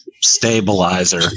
stabilizer